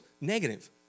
negative